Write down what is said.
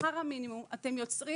שכר המינימום, אתם יוצרים